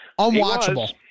unwatchable